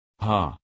ha